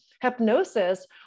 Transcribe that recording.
Hypnosis